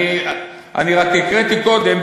אני רק הקראתי קודם,